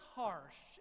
harsh